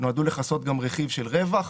נועדו לכסות גם רכיב של רווח.